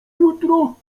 jutro